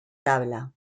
tabla